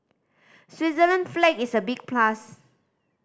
Switzerland flag is a big plus